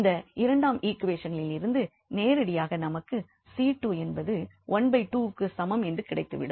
இந்த இரண்டாம் ஈக்வேஷனில் இருந்து நேரடியாக நமக்கு 𝐶2 என்பது ½ க்கு சமம் என்று கிடைத்துவிடும்